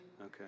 Okay